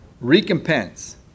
recompense